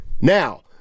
Now